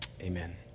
amen